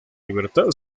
libertad